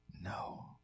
No